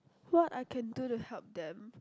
what I can do to help them